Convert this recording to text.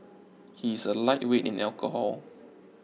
he is a lightweight in alcohol